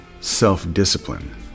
self-discipline